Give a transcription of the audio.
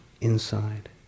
inside